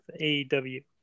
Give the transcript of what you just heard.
AEW